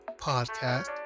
podcast